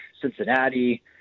Cincinnati